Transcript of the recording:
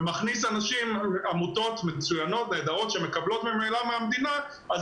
ומכניס עמותות מצוינות ונהדרות שמקבלות ממילא מהמדינה,